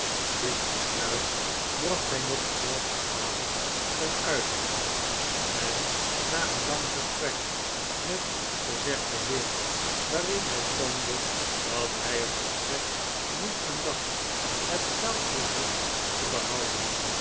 dit besluit bracht hij nog denzelfden avond ten uitvoer en na een lang gesprek met gezegden heer waarin hij toonde dat hy er volstrekt niet aan dacht het geld voor zich te behouden